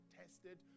tested